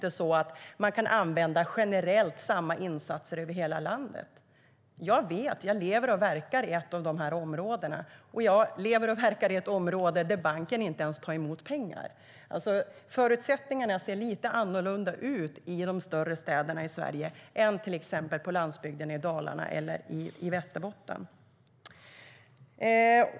Man kan inte använda samma insatser över hela landet. Jag vet det eftersom jag lever och verkar i ett av de områdena. Jag lever och verkar i ett område där banken inte ens tar emot pengar. Förutsättningarna ser alltså lite annorlunda ut i de större städerna i Sverige än på landsbygden, i till exempel Dalarna eller Västerbotten.